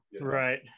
right